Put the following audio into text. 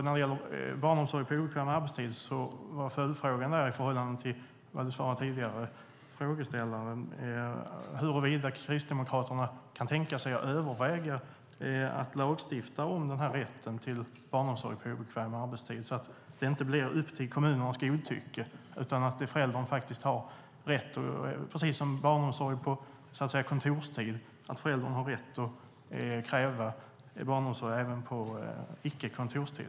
När det gäller barnomsorg på obekväm arbetstid var följdfrågan till det svar tidigare frågeställare fick huruvida Kristdemokraterna kan tänka sig att överväga att lagstifta om rätten till barnomsorg på obekväm arbetstid så att det inte blir upp till kommunernas godtycke. Hur ser ni på att föräldrarna har rätt att kräva barnomsorg på icke-kontorstid, på samma sätt som till barnomsorg på kontorstid?